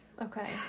Okay